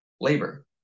labor